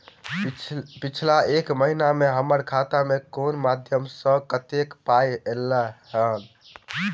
पिछला एक महीना मे हम्मर खाता मे कुन मध्यमे सऽ कत्तेक पाई ऐलई ह?